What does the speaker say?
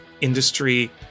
industry